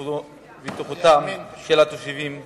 ובטיחותם של התושבים בתחומה.